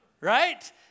right